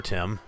Tim